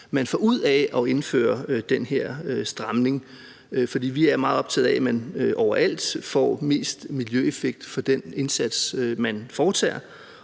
man får ud af at indføre den her stramning. For vi er meget optaget af, at man overalt får mest miljøeffekt for den indsats, man foretager,